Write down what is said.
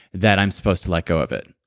that i'm supposed to let go of it,